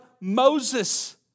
Moses